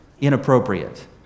inappropriate